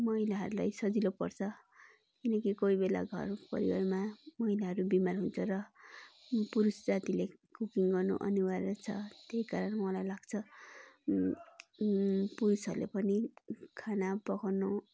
महिलाहरूलाई सजिलो पर्छ किनकि कोही बेला घर परिवारमा महिलाहरू बिमार हुन्छ र पुरुष जातिले कुकिङ गर्नु अनिवार्य छ त्यही कारण मलाई लाग्छ पुरुषहरूले पनि खाना पकाउनु